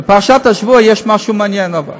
בפרשת השבוע יש משהו מעניין, אבל,